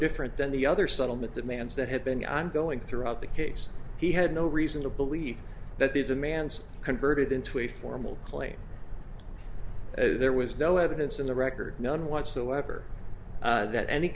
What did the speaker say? different than the other settlement demands that had been ongoing throughout the case he had no reason to believe that the demands converted into a formal claim as there was no evidence in the record none whatsoever that any